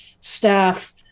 staff